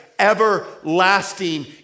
everlasting